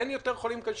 אין יותר חולים קשים,